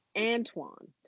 Antoine